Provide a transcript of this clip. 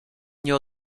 nie